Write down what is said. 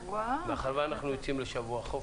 מאחר ואנחנו יוצאים לשבוע חופש,